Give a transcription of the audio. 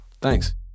Thanks